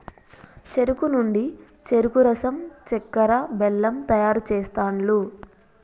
చెరుకు నుండి చెరుకు రసం చెక్కర, బెల్లం తయారు చేస్తాండ్లు